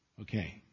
Okay